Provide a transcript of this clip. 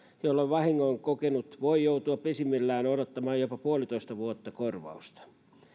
jolloin vahingon kokenut voi joutua pisimmillään odottamaan jopa puolitoista vuotta korvausta